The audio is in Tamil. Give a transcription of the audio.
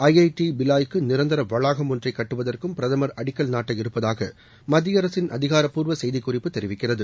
ஐ ஐ டி பிலாய்க்கு நிரந்தர வளாகம் ஒன்றை கட்டுவதற்கும் பிரதமர் அடிக்கல் நாட்டவிருப்பதாக மத்திய அரசின் அதிகாரப்பூர்வ செய்திக்குறிப்பு தெரிவிக்கிறது